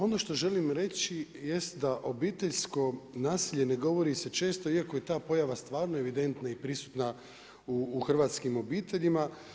Ono što želim reći jest da obiteljsko nasilje ne govori se često iako je ta pojava stvarno evidentna i prisutna u hrvatskim obiteljima.